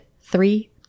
Three